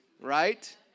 right